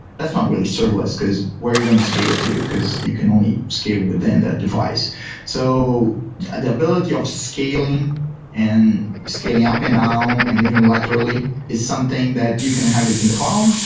that's not really serverless, because where are you going to scale to, because you can only scale within that device so the ability of scaling and scaling up and down and even literally is something that you can have it in the cloud,